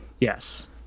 Yes